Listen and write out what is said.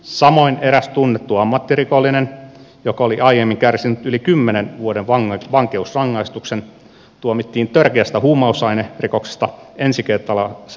samoin eräs tunnettu ammattirikollinen joka oli aiemmin kärsinyt yli kymmenen vuoden vankeusrangaistuksen tuomittiin törkeästä huumausainerikoksesta ensikertalaisena vankeusrangaistukseen